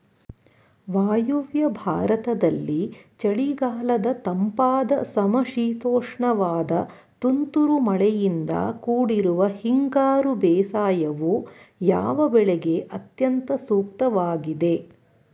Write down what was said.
ವಾಯುವ್ಯ ಭಾರತದಲ್ಲಿ ಚಳಿಗಾಲದ ತಂಪಾದ ಸಮಶೀತೋಷ್ಣವಾದ ತುಂತುರು ಮಳೆಯಿಂದ ಕೂಡಿರುವ ಹಿಂಗಾರು ಬೇಸಾಯವು, ಯಾವ ಬೆಳೆಗೆ ಅತ್ಯಂತ ಸೂಕ್ತವಾಗಿದೆ?